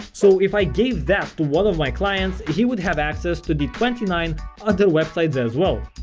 so, if i gave that to one of my clients he would have access to the twenty nine other websites as well.